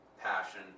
passion